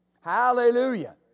Hallelujah